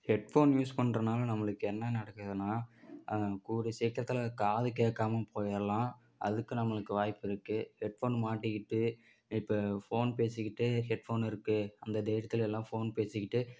headphone use பண்றதுனால நம்மளுக்கு என்ன நடக்குதுனா கூடிய சீக்கிரத்துல காது கேட்காம போயிடலாம் அதுக்கு நம்மளுக்கு வாய்ப்பு இருக்கு ஹெட்ஃபோன் மாட்டிக்கிட்டு இப்போ ஃபோன் பேசிக்கிட்டே ஹெட்ஃபோனு இருக்கு அந்த தைரியத்தில் எல்லாம் ஃபோன் பேசிக்கிட்டு